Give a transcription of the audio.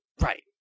Right